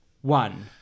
one